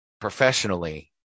professionally